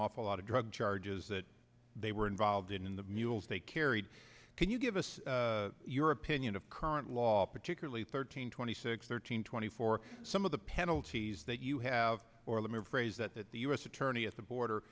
awful lot of drug charges that they were involved in the mules they carried can you give us your opinion of current law particularly thirteen twenty six thirteen twenty four some of the penalties that you have or let me rephrase that at the u s attorney at the border